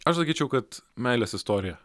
aš sakyčiau kad meilės istorija